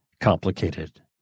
complicated